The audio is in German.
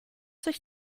sich